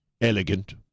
elegant